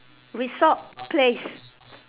resort place